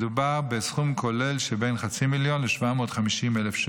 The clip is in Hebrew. מדובר בסכום כולל של בין חצי מיליון שקל לכ-750,000 שקל.